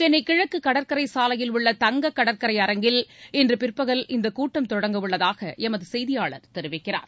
சென்னை கிழக்கு கடற்கரை சாலையில் உள்ள தங்க கடற்கரை அரங்கில் இன்று பிற்பகல் இந்தக் கூட்டம் தொடங்க உள்ளதாக எமது செய்தியாளர் தெரிவிக்கிறார்